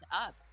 up